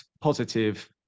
positive